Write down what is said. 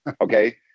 okay